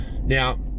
Now